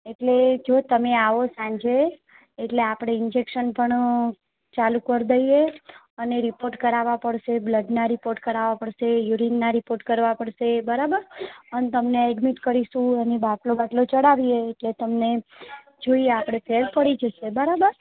એટલે જો તમે આવો સાંજે એટલે આપણે ઇન્જેક્શન પણ ચાલું કરી દઈએ અને રીપોટ કરાવવા પડશે બ્લડના રીપોર્ટ કરાવવા પડશે યુરીનના રીપોર્ટ કરવા પડશે બરાબર અને તમને એડમિટ કરીશું અને બાટલો બાટલો ચઢાવીએ એટલે તમને જોઈએ આપણે ફેર પડી જશે બરાબર